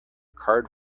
card